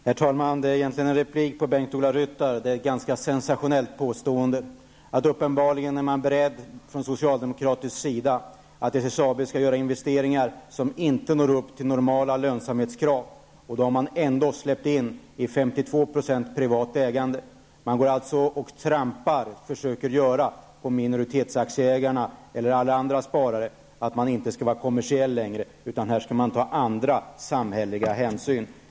Herr talman! Jag vill replikera Bengt-Ola Ryttars ganska sensationella påstående. Uppenbarligen är man från socialdemokratisk sida beredd att acceptera att SSAB skall göra investeringar som inte tillgodoser normala lönsamhetskrav. Då har man ändå släppt in 52 % privat ägande. Man trampar på minoritetsaktieägarna och andra sparare, om man inte skall vara kommersiell längre utan skall ta andra samhälleliga hänsyn.